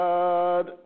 God